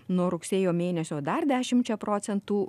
nuo rugsėjo mėnesio dar dešimčia procentų